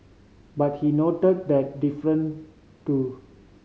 but he noted that different too